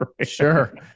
sure